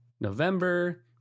November